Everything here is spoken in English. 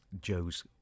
joe's